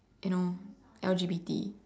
you know L_G_B_T